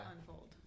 unfold